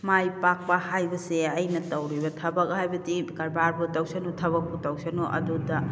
ꯃꯥꯏ ꯄꯥꯛꯄ ꯍꯥꯏꯕꯁꯦ ꯑꯩꯅ ꯇꯧꯔꯤꯕ ꯊꯕꯛ ꯍꯥꯏꯕꯗꯤ ꯀꯔꯕꯥꯔꯕꯨ ꯇꯧꯁꯅꯨ ꯊꯕꯛꯄꯨ ꯇꯧꯁꯅꯣ ꯑꯗꯨꯗ